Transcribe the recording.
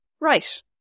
Right